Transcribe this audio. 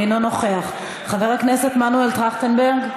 אינו נוכח, חבר הכנסת מנואל טרכטנברג,